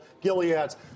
Gilead's